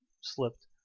slipped